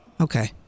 Okay